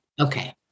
Okay